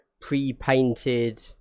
pre-painted